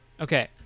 Okay